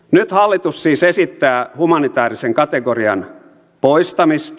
nyt hallitus siis esittää humanitäärisen kategorian poistamista